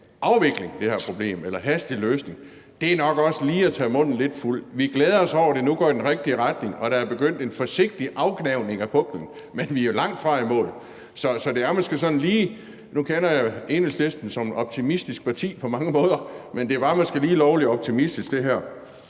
afvikling, eller at der er en hastig løsning. Det er nok også lige at tage munden lidt for fuld. Vi glæder os over, at det nu går i den rigtige retning, og at der er begyndt en forsigtig afgnavning af puklen, men vi er jo langtfra i mål. Nu kender jeg Enhedslisten som et optimistisk parti på mange måder, men det var måske lige lovlig optimistisk det her.